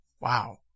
wow